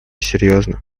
серьезно